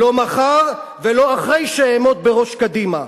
לא מחר ולא אחרי שאעמוד בראשות קדימה,